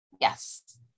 Yes